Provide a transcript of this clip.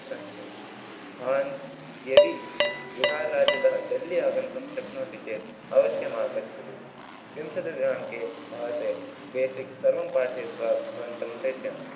अस्तु भवान् यदि बिहार् राज्यतः डेल्ली आगन्तुं शक्नोति चेत् अवश्यम् आगच्छतु विंशतिदिनाङ्के भवते बेसिक्स् सर्वं पाठयित्वा भवन्तं प्रेषयामि